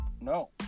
No